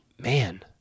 man